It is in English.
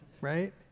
right